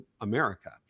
America